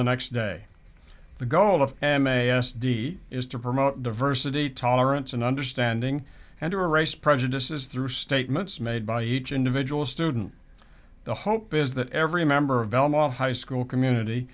the next day the goal of m a s d is to promote diversity tolerance and understanding and to erase prejudices through statements made by each individual student the hope is that every member of belmont high school community